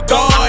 God